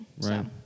right